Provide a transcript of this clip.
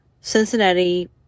Cincinnati